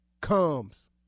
comes